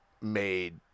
made